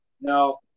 No